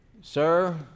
Sir